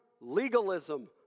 legalism